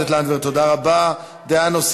תודה רבה, גברתי.